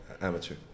amateur